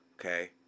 Okay